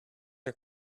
are